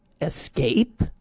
escape